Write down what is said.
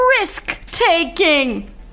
risk-taking